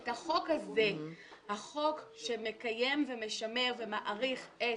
החוק הזה - החוק שמקיים ומשמר ומאריך את